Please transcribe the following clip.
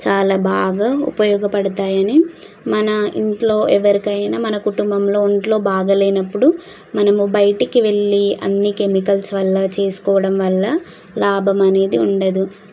చాలా బాగా ఉపయోగపడతాయని మన ఇంట్లో ఎవరికైనా మన కుటుంబంలో ఒంట్లో బాగాలేనప్పుడు మనము బయటకు వెళ్ళి అన్ని కెమికల్స్ వల్ల చేసుకోవడం వల్ల లాభం అనేది ఉండదు